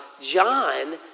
John